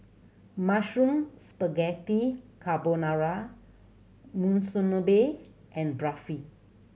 Mushroom Spaghetti Carbonara Monsunabe and Barfi